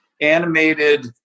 animated